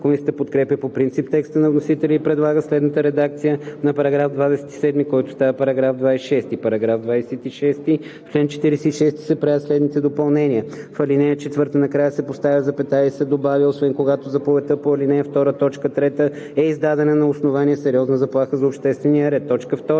Комисията подкрепя по принцип текста на вносителя и предлага следната редакция на § 27, който става § 26: „§ 26. В чл. 46 се правят следните допълнения: 1. В ал. 4 накрая се поставя запетая и се добавя „освен когато заповедта по ал. 2, т. 3 е издадена на основание сериозна заплаха за обществения ред“.